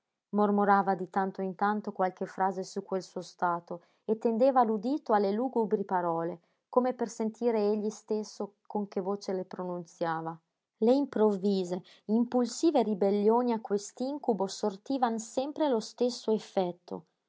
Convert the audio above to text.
mormorava di tanto in tanto qualche frase su quel suo stato e tendeva l'udito alle lugubri parole come per sentire egli stesso con che voce le pronunziava le improvvise impulsive ribellioni a quest'incubo sortivan sempre lo stesso effetto